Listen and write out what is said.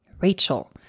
Rachel